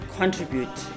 contribute